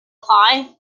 apply